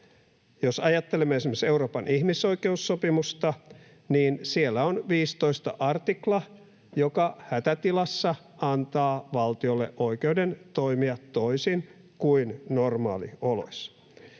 Jos ajattelemme esimerkiksi Euroopan ihmisoikeussopimusta, niin siellä on 15 artikla, joka hätätilassa antaa valtiolle oikeuden toimia toisin kuin normaalioloissa.